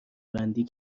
بندی